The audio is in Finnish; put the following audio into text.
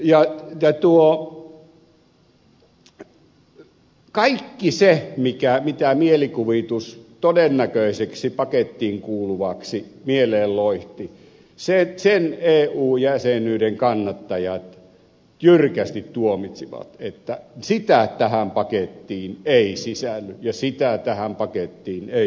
ja kaiken sen mitä mielikuvitus todennäköiseksi pakettiin kuuluvaksi mieleen loihti eu jäsenyyden kannattajat jyrkästi tuomitsivat että sitä tähän pakettiin ei sisälly ja sitä tähän pakettiin ei sisälly